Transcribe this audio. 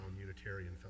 Unitarian